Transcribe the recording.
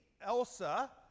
elsa